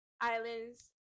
Islands